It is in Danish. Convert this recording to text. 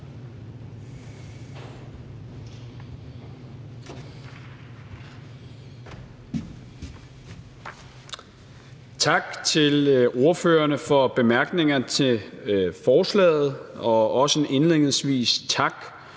Tak til ordførerne for bemærkningerne til forslaget og også en indledningsvis tak